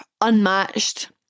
unmatched